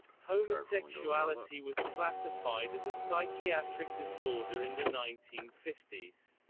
homosexuality was classified as a psychiatric disorder in the nineteen fifty s.